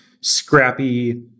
scrappy